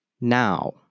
now